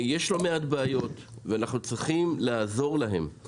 יש לא מעט בעיות ואנחנו צריכים לעזור להם,